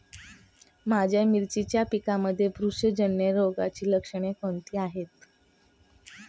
माझ्या मिरचीच्या पिकांमध्ये बुरशीजन्य रोगाची लक्षणे कोणती आहेत?